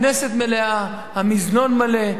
המזנון מלא.